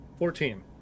Fourteen